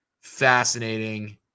fascinating